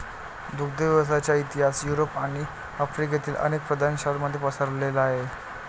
दुग्ध व्यवसायाचा इतिहास युरोप आणि आफ्रिकेतील अनेक प्रदेशांमध्ये पसरलेला आहे